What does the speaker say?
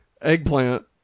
Eggplant